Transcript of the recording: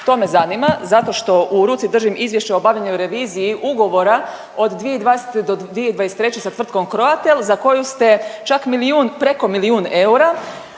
To me zanima zato što u ruci držim Izvješće o obavljenoj reviziji ugovora od 2020. do 2023. sa tvrtkom Croatel za koju ste čak milijun, preko milijun eura